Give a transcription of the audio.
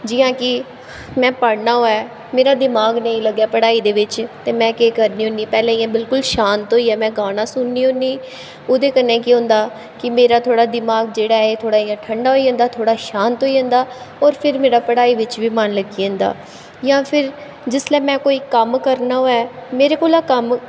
जियां कि में पढ़ना होऐ मेरा दिमाग नेईं लग्गे पढ़ाई दे बिच्च ते में केह् करनी होन्नी पैह्लें इ'यां बिलकुल शांत होइयै में गाना सुननी होन्नी ओह्दे कन्नै केह् होंदा कि मेरा थोह्ड़ा दिमाग जेह्ड़ा ऐ थोह्ड़ा इ'यां ठंडा होई जंदा थोह्ड़ा शांत होई जंदा और फिर मेरा पढ़ाई बिच्च बी मन लग्गी जंदा जां फिर जिसलै में कोई कम्म करना होऐ मेरे कोला कम्म